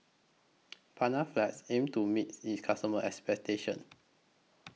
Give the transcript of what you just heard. Panaflex aims to meet its customers' expectations